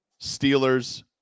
Steelers